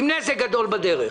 עם נזק גדול בדרך.